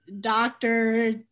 doctor